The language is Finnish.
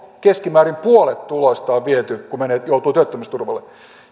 keskimäärin puolet tuloista on viety kun joutuu työttömyysturvalle